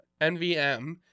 NVM